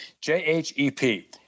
J-H-E-P